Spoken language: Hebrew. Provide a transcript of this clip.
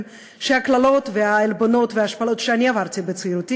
שהקללות והעלבונות וההשפלות שאני עברתי בצעירותי,